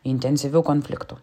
intensyviu konfliktu